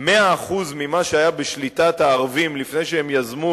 100% מה שהיה בשליטת הערבים לפני שהם יזמו